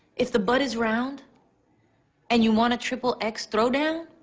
if the butt is round and you want a triple x throw down,